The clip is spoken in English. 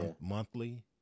monthly